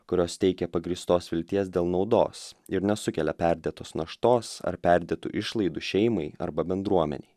kurios teikia pagrįstos vilties dėl naudos ir nesukelia perdėtos naštos ar perdėtų išlaidų šeimai arba bendruomenei